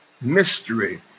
mystery